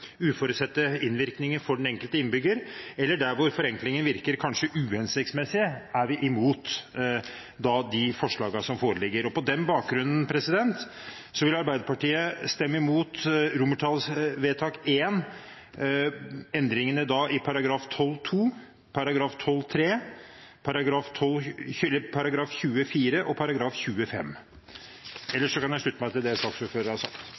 uforutsette innvirkninger for den enkelte innbygger, eller der hvor forenklingen kanskje virker uhensiktsmessig, er vi imot de forslagene som foreligger. På den bakgrunn vil Arbeiderpartiet stemme imot romertallsvedtak I, endringene i § 12-2, § 12-3, § 20-4 og § 20-5. Ellers kan jeg slutte meg til det saksordføreren har sagt.